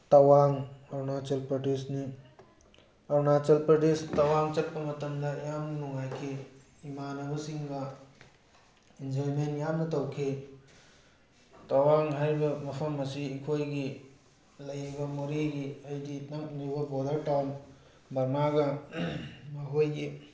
ꯇꯋꯥꯡ ꯑꯔꯨꯅꯥꯆꯜ ꯄ꯭ꯔꯗꯦꯁꯅꯤ ꯑꯔꯨꯅꯥꯆꯜ ꯄ꯭ꯔꯗꯦꯁ ꯇꯋꯥꯡ ꯆꯠꯄ ꯃꯇꯝꯗ ꯌꯥꯝꯅ ꯅꯨꯡꯉꯥꯏꯈꯤ ꯏꯃꯥꯟꯅꯕꯁꯤꯡꯒ ꯏꯟꯖꯣꯏꯃꯦꯟ ꯌꯥꯝꯅ ꯇꯧꯈꯤ ꯇꯋꯥꯡ ꯍꯥꯏꯔꯤꯕ ꯃꯐꯝ ꯑꯁꯤ ꯑꯩꯈꯣꯏꯒꯤ ꯂꯩꯔꯤꯕ ꯃꯣꯔꯦꯒꯤ ꯍꯥꯏꯗꯤ ꯅꯛꯅ ꯎꯕ ꯕꯣꯔꯗꯔ ꯇꯥꯎꯟ ꯕꯔꯃꯥꯒ ꯃꯈꯣꯏꯒꯤ